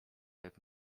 jak